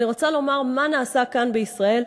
אני רוצה לומר מה נעשה כאן בישראל,